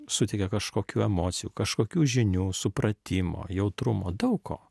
suteikia kažkokių emocijų kažkokių žinių supratimo jautrumo daug ko